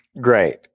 Great